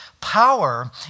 Power